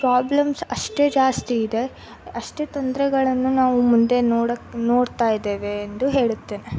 problems ಅಷ್ಟೇ ಜಾಸ್ತಿ ಇದೆ ಅಷ್ಟೇ ತೊಂದರೆಗಳನ್ನು ನಾವು ಮುಂದೆ ನೋಡೋಕ್ಕೆ ನೋಡ್ತಾಯಿದ್ದೇವೆ ಎಂದು ಹೇಳುತ್ತೇನೆ